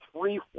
Three